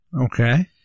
Okay